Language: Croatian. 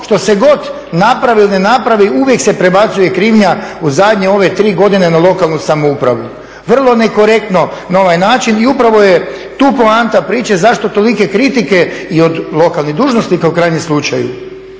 Što se god napravi ili ne napravi, uvijek se prebacuje krivnja u zadnje ove tri godine na lokalnu samoupravu. Vrlo nekorektno na ovaj način i upravo je tu poanta priče zašto tolike kritike i od lokalnih dužnosnika u krajnjem slučaju.